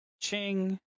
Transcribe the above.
ching